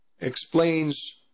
explains